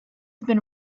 been